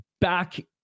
back